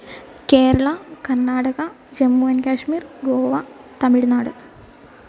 Kerala Karnataka Jammu and Kashmir Goa Tamil Nadu